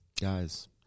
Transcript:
guys